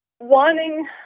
wanting